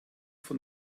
von